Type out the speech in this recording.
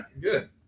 Good